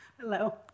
hello